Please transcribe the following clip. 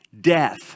death